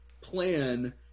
plan